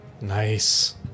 nice